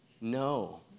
No